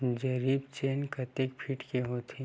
जरीब चेन कतेक फीट के होथे?